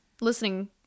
listening